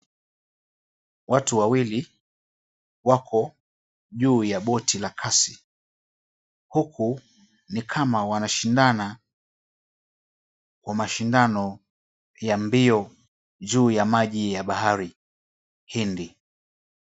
Watu wawili wako juu ya boti la kasi, huku ni kama wanashindana kwa mashindano ya mbio, juu ya maji ya Bahari Hindi.